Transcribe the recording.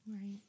Right